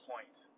Point